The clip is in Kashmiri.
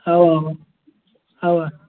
اَوہ اَوہ اَوہ